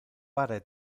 pare